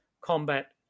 combat